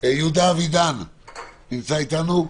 יהודה אבידן, בבקשה.